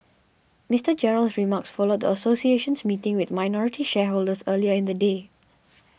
Mister Gerald's remarks followed the association's meeting with minority shareholders earlier in the day